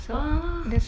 !wah!